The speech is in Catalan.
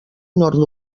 nord